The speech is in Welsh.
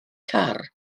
car